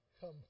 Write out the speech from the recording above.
come